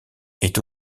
est